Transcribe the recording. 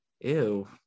Ew